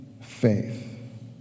faith